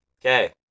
Okay